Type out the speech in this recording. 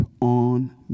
on